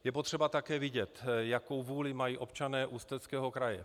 Je potřeba také vidět, jakou vůli mají občané Ústeckého kraje.